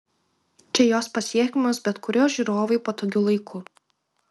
čia jos pasiekiamos bet kuriuo žiūrovui patogiu laiku